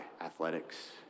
athletics